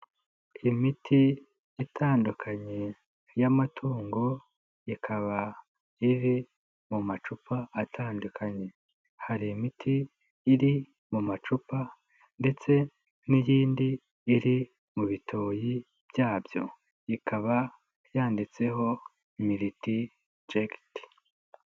Imiti itandukanye y'amatungo ikaba iri mu macupa atandukanye, hari imiti iri mu macupa ndetse n'iyindi iri mu bitoyi byabyo, ikaba yanditseho miritijekiti.